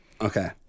Okay